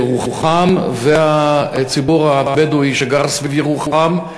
ירוחם והציבור הבדואי שגר סביב ירוחם,